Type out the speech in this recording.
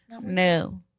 No